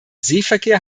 seeverkehr